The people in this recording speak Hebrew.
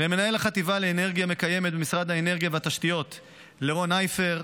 ולמנהל החטיבה לאנרגיה מקיימת במשרד האנרגיה והתשתיות רון אייפר,